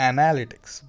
Analytics